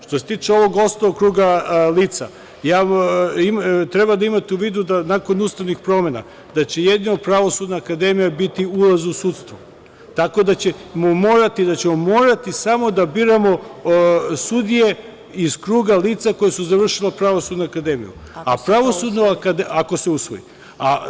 Što se tiče ovog osnovnog kruga lica, treba da imate u vidu da će nakon ustavnih promena, da će jedino Pravosudna akademija biti u ulazu sudstva, tako da ćemo morati samo da biramo sudije iz kruga lica koji su završili Pravosudnu akademiju ako se usvoji.